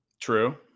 True